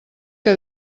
que